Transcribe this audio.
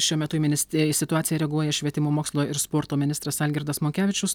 šiuo metu į ministe į situaciją reaguoja švietimo mokslo ir sporto ministras algirdas monkevičius